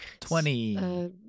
Twenty